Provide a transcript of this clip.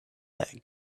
that